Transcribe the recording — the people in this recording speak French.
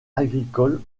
agricole